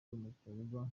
umukobwa